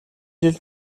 жилд